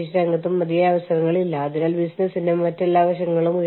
വിവിധ രാജ്യങ്ങൾക്കിടയിലെ പ്രധാന സാമ്പത്തിക സാംസ്കാരിക വ്യത്യാസങ്ങൾ മറ്റൊരു പ്രശ്നമാണ്